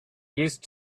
used